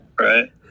Right